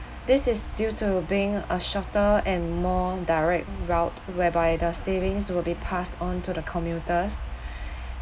this is due to being a shorter and more direct route whereby the savings will be passed on to the commuters